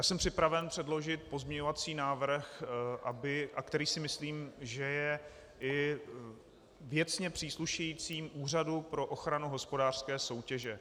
Jsem připraven předložit pozměňovací návrh, který si myslím, že je i věcně příslušejícím Úřadu pro ochranu hospodářské soutěže.